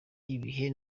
ibihe